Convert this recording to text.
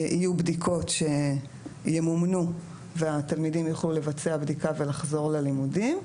שיהיו בדיקות שימומנו והתלמידים יוכלו לבצע בדיקה ולחזור ללימודים.